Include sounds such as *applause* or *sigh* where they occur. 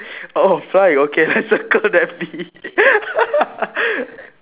oh fly okay then circle that bee *laughs*